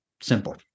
Simple